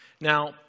Now